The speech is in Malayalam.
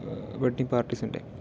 വെഡിങ് പാർട്ടീസിൻ്റെ